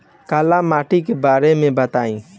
काला माटी के बारे में बताई?